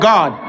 God